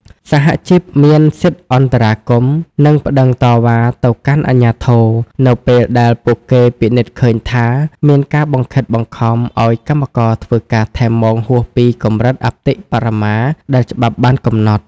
សហជីពមានសិទ្ធិអន្តរាគមន៍ និងប្តឹងតវ៉ាទៅកាន់អាជ្ញាធរ នៅពេលដែលពួកគេពិនិត្យឃើញថាមានការបង្ខំឱ្យកម្មករធ្វើការថែមម៉ោងហួសពីកម្រិតអតិបរមាដែលច្បាប់បានកំណត់។